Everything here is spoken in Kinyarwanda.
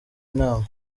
nama